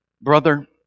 Brother